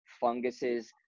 funguses